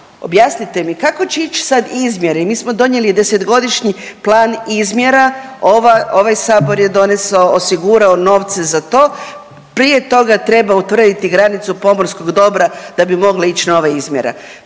objasnite mi, kako će ići sad izmjere. Mi smo donijeli desetgodišnji plan izmjera, ovaj Sabor je donesao, osigurao novce za to. Prije toga treba utvrditi granicu pomorskog dobra da bi mogle ići nove izmjere.